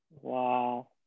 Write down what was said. Wow